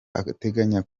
ateganya